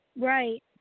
Right